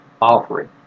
Offering